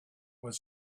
was